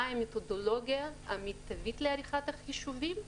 מה המתודולוגיה המיטבית לעריכת החישובים,